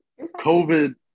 COVID